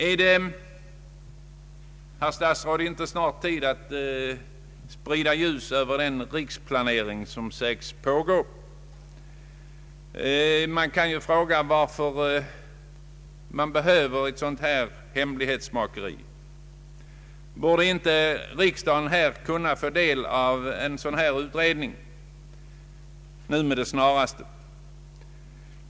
är det, herr statsråd, inte snart tid att sprida ljus över den riksplanering som säges pågå? Varför detta hemlighetsmakeri? Borde inte riksdagen snarast få del av denna utredning?